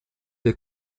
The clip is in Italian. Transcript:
del